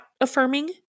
affirming